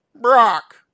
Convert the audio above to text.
Brock